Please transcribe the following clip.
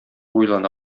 уйлана